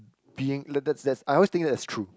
being like that that's I always think that's true